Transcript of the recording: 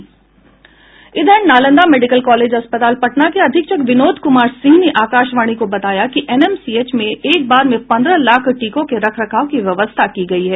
Nalanda medical college अस्पताल पटना के अधीक्षक विनोद कुमार सिंह ने आकाशवाणी को बताया कि एनएमसीएच में एक बार में पन्द्रह लाख टीकों के रख रखाव की व्यवस्था की गयी है